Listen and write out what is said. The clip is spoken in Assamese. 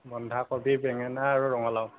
বন্ধাকবি বেঙেনা আৰু ৰঙালাও